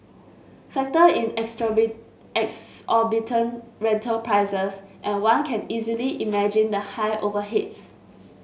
factor in exorbitant rental prices and one can easily imagine the high overheads